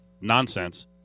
nonsense